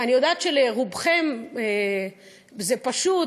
אני יודעת שלרובכן זה פשוט,